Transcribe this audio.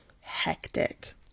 hectic